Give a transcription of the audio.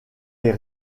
les